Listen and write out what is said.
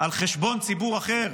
על חשבון ציבור אחר,